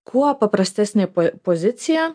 kuo paprastesnė pozicija